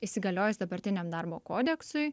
įsigaliojus dabartiniam darbo kodeksui